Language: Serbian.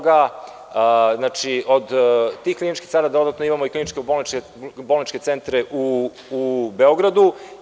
Znači, od tih kliničkih centara dodatno imamo i kliničko-bolničke centre u Beogradu.